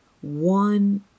one